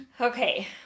Okay